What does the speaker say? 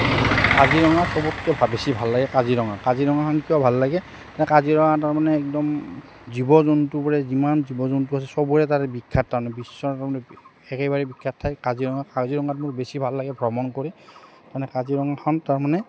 কাজিৰঙা চবতকৈ বেছি ভাল লাগে কাজিৰঙা কাজিৰঙাখন কিয় ভাল লাগে কাজিৰঙা তাৰমানে একদম জীৱ জন্তুবোৰে যিমান জীৱ জন্তু আছে সবৰে তাৰে বিখ্যাত তাৰমানে বিশ্ব তাৰমানে একেবাৰে বিখ্যাত ঠাই কাজিৰঙা কাজিৰঙাত মোৰ বেছি ভাল লাগে ভ্ৰমণ কৰি মানে কাজিৰঙাখন তাৰমানে